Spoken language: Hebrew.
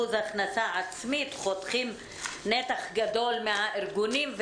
הכנסה עצמית חותכים נתח גדול מהארגונים.